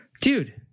dude